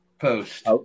Post